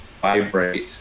vibrate